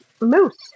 moose